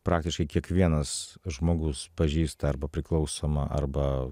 praktiškai kiekvienas žmogus pažįsta arba priklausomą arba